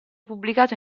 pubblicato